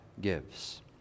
gives